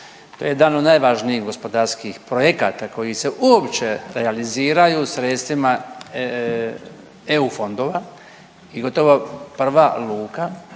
To je jedan od najvažnijih gospodarskih projekata koji su uopće realiziraju sredstvima EU fondova i gotovo prva luka